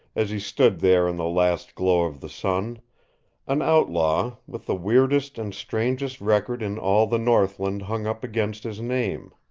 as he stood there in the last glow of the sun an outlaw with the weirdest and strangest record in all the northland hung up against his name.